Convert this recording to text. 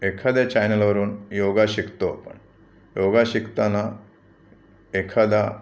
एखाद्या चॅनेलवरून योग शिकतो आपण योग शिकताना एखादा